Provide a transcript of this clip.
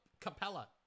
Capella